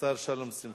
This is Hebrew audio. שלום שמחון,